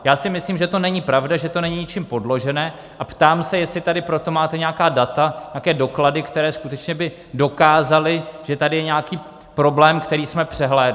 Já si myslím, že to není pravda, že to není ničím podložené, a ptám se, jestli tady pro to máte nějaká data, nějaké doklady, které skutečně by dokázaly, že tady je nějaký problém, který jsme přehlédli.